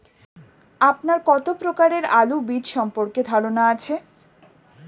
আপনার কত প্রকারের আলু বীজ সম্পর্কে ধারনা আছে?